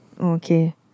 Okay